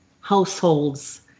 households